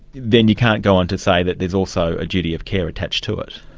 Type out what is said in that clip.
then you can't go on to say that there's also a duty of care attached to it.